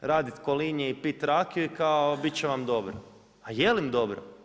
radit kolinje i pit rakiju i kao bit će vam dobro. a jel' im dobro?